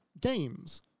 games